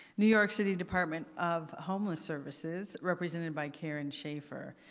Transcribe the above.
new york city, department of homeless services represented by karen shaffer.